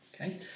okay